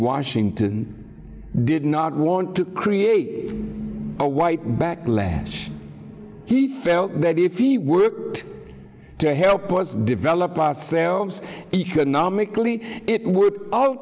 washington did not want to create a white backlash he felt that if he worked to help us develop ourselves economically it w